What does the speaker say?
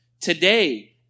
Today